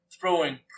throwing